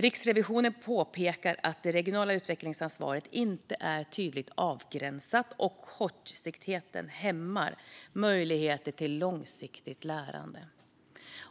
Riksrevisionen påpekar att det regionala utvecklingsansvaret inte är tydligt avgränsat och att kortsiktigheten hämmar möjligheterna till långsiktigt lärande.